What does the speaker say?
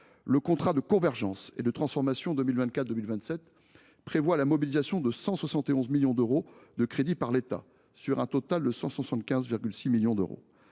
Le contrat de convergence et de transformation 2024 2027 prévoit la mobilisation par l’État de 171 millions d’euros de crédits, sur un total de 175,6 millions d’euros.